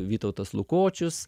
vytautas lukočius